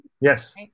Yes